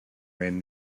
ran